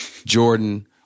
Jordan